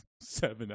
seven